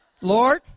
Lord